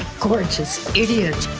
gorgeous idiot